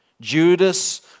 Judas